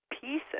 pieces